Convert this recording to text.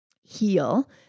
heal